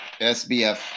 SBF